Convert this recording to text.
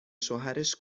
شوهرش